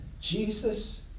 Jesus